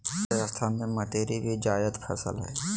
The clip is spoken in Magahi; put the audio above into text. राजस्थान में मतीरी भी जायद फसल हइ